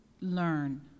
learn